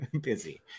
busy